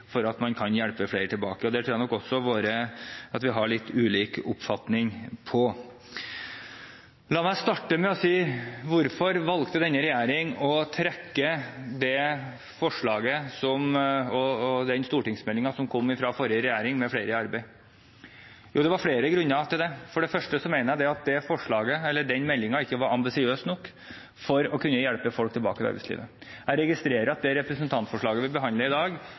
hvilke forslag man fremmer og hvilke muligheter som gis for å kunne hjelpe flere tilbake. Det tror jeg nok at vi har litt ulik oppfatning om. La meg starte med å si hvorfor denne regjeringen valgte å trekke forslaget og stortingsmeldingen Flere i arbeid som kom fra den forrige regjeringen. Det var flere grunner til det. For det første mener jeg at meldingen ikke var ambisiøs nok til å kunne hjelpe folk tilbake til arbeidslivet. Jeg registrerer at representantforslaget vi behandler i dag,